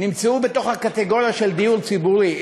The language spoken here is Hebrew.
נמצאו בקטגוריה של דיור ציבורי,